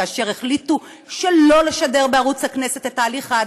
כאשר החליטו שלא לשדר בערוץ הכנסת את תהליך ההדחה,